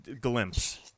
glimpse